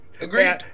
Agreed